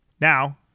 Now